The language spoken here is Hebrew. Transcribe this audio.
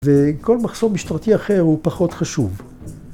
וכל מחסור משטרתי אחר הוא פחות חשוב.